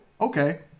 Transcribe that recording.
Okay